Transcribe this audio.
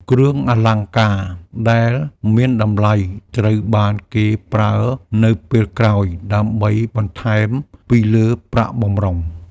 គ្រឿងអលង្ការដែលមានតម្លៃត្រូវបានគេប្រើនៅពេលក្រោយ ដើម្បីបន្ថែមពីលើប្រាក់បម្រុង។